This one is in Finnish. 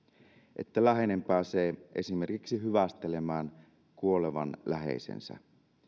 että läheinen pääsee esimerkiksi hyvästelemään kuolevan läheisensä